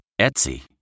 Etsy